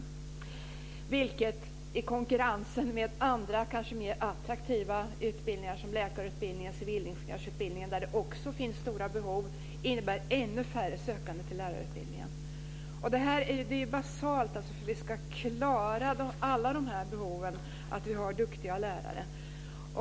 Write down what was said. I konkurrens med andra attraktiva utbildningar, t.ex. läkarutbildningen och civilingenjörsutbildningen, där det också finns stora behov, kan det innebära ännu färre sökande till lärarutbildningarna. Det är basalt att för att klara alla dessa behov att ha duktiga lärare.